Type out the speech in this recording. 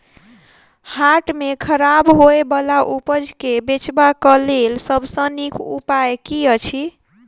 हाट मे खराब होय बला उपज केँ बेचबाक क लेल सबसँ नीक उपाय की अछि?